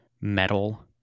metal